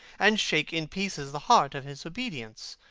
and shake in pieces the heart of his obedience.